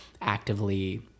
actively